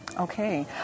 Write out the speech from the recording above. Okay